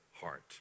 heart